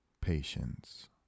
patience